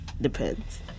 Depends